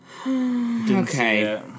Okay